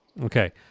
Okay